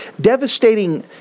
devastating